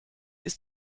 ist